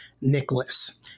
Nicholas